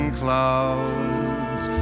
clouds